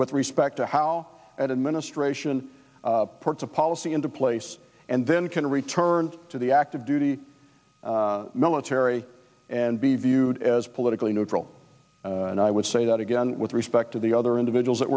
with respect to how administration parts of policy into place and then can return to the active duty military and be viewed as politically neutral and i would say that again with respect to the other individuals that